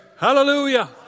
Hallelujah